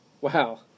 Wow